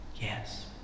yes